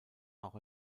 auch